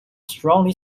strongly